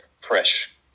fresh